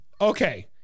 Okay